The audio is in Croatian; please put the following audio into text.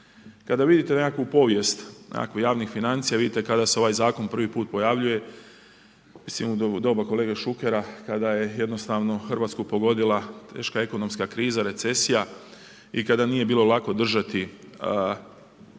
Kada vidite nekakvu povijest, nekakvih javnih financija vidite kada se ovaj Zakon prvi put pojavljuje. Mislim u doba kolege Šukera kada je jednostavno Hrvatsku pogodila teška ekonomska kriza, recesija, i kada nije bilo lako držati